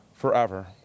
Forever